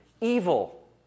evil